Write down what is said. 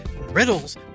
riddles